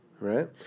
Right